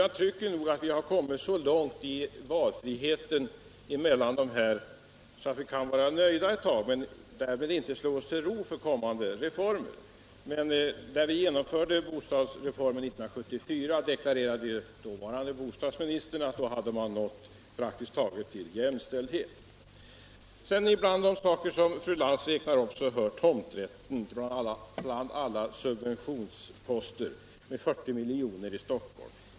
Jag tycker att vi kommit så långt i valfrihet härvidlag att vi kan vara nöjda ett tag men därmed inte slå oss till ro inför kommande reformer. När vi genomförde bostadsreformen 1974 deklarerade emellertid dåvarande bostadsministern att vi hade nått praktiskt taget jämställdhet. Till de saker som fru Lantz räknar upp hör tomträtten bland alla subventionsposter med 40 miljoner i Stockholm.